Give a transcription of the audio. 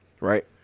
Right